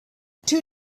two